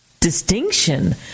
distinction